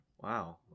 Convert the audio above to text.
Wow